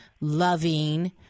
loving